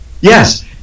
Yes